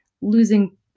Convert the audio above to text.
losing